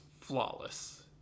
flawless